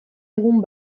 egun